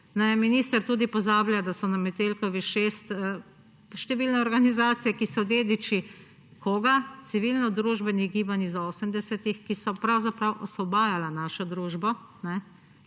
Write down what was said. Minister tudi pozablja, da so na Metelkovi 6 številne organizacije, ki so dediči – koga? Civilnodružbenih gibanj iz 80., ki so pravzaprav osvobajala našo družbo,